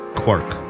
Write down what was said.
quark